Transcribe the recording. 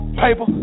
paper